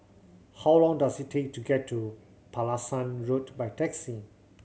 how long does it take to get to Pulasan Road by taxi